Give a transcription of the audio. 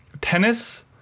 tennis